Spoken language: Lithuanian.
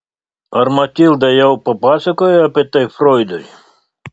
ar matilda jau papasakojo apie tai froidui